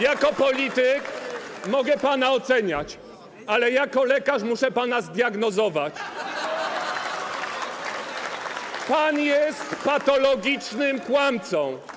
Jako polityk mogę pana oceniać, ale jako lekarz muszę pana zdiagnozować: pan jest patologicznym kłamcą.